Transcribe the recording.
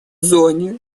зоне